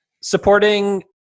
supporting